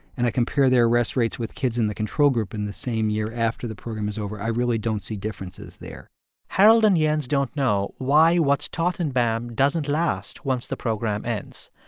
and i compare their arrest rates with kids in the control group in the same year after the program is over, i really don't see differences there harold and jens don't know why what's taught in bam doesn't doesn't last once the program ends,